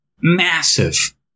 massive